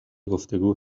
گفتگو